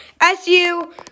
SU